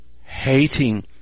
hating